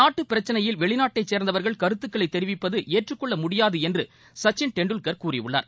நாட்டு பிரச்சினையில் வெளிநாட்டைச் சேர்ந்தவர்கள் கருத்துக்களைத் தெரிவிப்பது ந் ஏற்றுக்கொள்ள முடியாது என்று சக்சின் டெண்டுல்கர் கூறியுள்ளார்